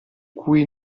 cui